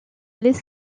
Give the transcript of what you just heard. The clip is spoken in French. les